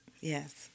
Yes